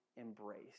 embrace